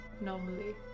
normally